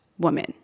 woman